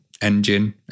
engine